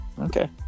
Okay